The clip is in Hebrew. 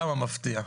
כמה מפתיע.